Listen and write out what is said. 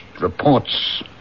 reports